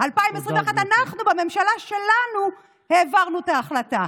2021 אנחנו, בממשלה שלנו, העברנו את ההחלטה.